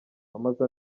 wamaze